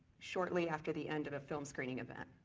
shortly after the end of a film screening event.